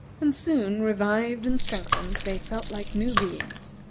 and soon, revived and strengthened, they felt like new beings.